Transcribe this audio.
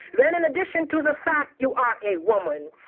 then, in addition to the fact, you are a woman,